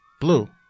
Blue